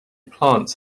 plants